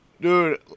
Dude